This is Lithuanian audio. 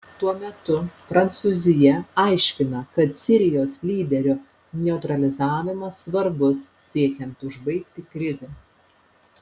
tuo metu prancūzija aiškina kad sirijos lyderio neutralizavimas svarbus siekiant užbaigti krizę